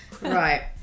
right